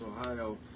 Ohio